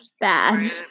bad